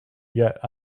yet